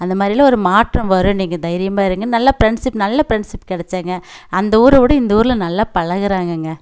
அந்தமாதிரியெல்லாம் ஒரு மாற்றம் வரும் நீங்கள் தைரியமாக இருங்க நல்ல ஃப்ரெண்ட்ஸிப் நல்ல ஃப்ரெண்ட்ஸிப் கிடைச்சாங்க அந்த ஊரை விட இந்த ரில் நல்லா பழகுகிறாங்கங்க